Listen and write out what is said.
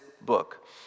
book